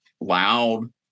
loud